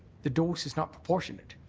the dose is not proportionate.